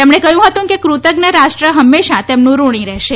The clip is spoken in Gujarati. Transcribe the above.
તેમણે કહ્યું હતું કે કૃતજ્ઞ રાષ્ટ્ર હંમેશા તેમનું ઋણી રહેશે